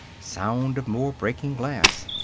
sound of more breaking glass.